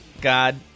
God